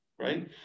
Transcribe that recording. Right